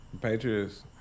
Patriots